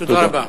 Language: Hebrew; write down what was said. תודה רבה.